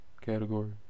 category